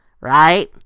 Right